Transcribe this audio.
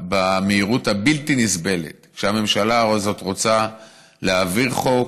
במהירות הבלתי-נסבלת שהממשלה הזאת רוצה להעביר חוק,